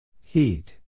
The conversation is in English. Heat